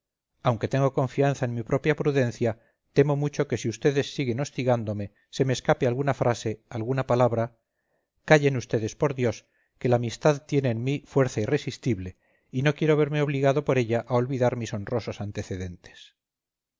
aunque tengo confianza en mi propia prudencia temo mucho que si vds siguen hostigándome se me escape alguna frase alguna palabra callen vds por dios que la amistad tiene en mí fuerza irresistible y no quiero verme obligado por ella a olvidar mis honrosos antecedentes